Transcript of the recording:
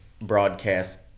broadcast